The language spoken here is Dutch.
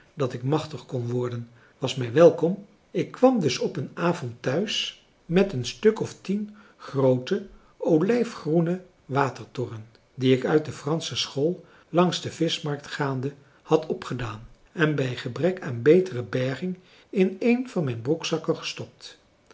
dat ik machtig kon worden was mij welkom ik kwam dus op een avond thuis met een stuk of tien groote olijfgroene watertorren die ik uit de fransche school langs de vischmarkt gaande had opgedaan en bij gebrek aan betere berging in een van mijn broekzakken gestopt